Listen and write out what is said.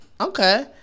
Okay